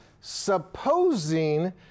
supposing